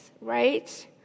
right